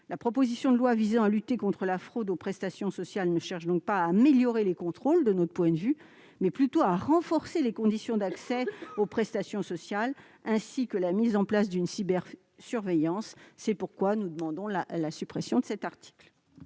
La proposition de loi visant à lutter contre la fraude aux prestations sociales ne cherche donc pas à améliorer les contrôles, de notre point de vue, mais plutôt à renforcer les conditions d'accès aux prestations sociales, ainsi que la mise en place d'une cybersurveillance. C'est pourquoi nous demandons la suppression de cet article.